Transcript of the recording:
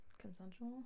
consensual